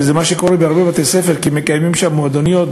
וזה מה שקורה בהרבה בתי-ספר כי מקיימים שם מועדוניות,